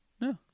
No